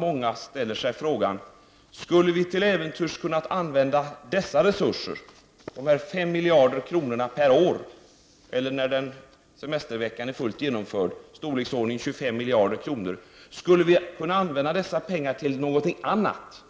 Då ställer sig många frågan: Skulle vi till äventyrs kunna använda dessa resurser — 5 miljarder kronor per år eller totalt 25 miljarder kronor — till någonting annat,